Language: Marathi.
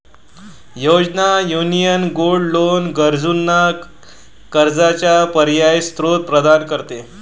योजना, युनियन गोल्ड लोन गरजूंना कर्जाचा पर्यायी स्त्रोत प्रदान करते